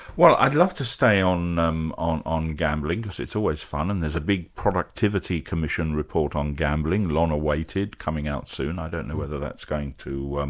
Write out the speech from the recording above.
well i'd love to stay on um on gambling, because it's always fun, and there's a big productivity commission report on gambling, long awaited, coming out soon. i don't know whether that's going to um